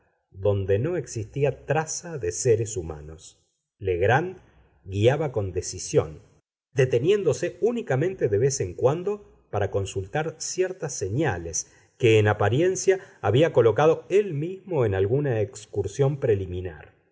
donde no existía traza de seres humanos legrand guiaba con decisión deteniéndose únicamente de vez en cuando para consultar ciertas señales que en apariencia había colocado él mismo en alguna excursión preliminar